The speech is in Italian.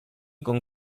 con